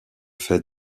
fait